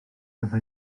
bydda